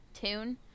tune